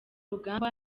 rugamba